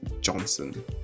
Johnson